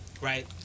right